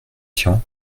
tian